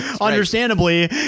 understandably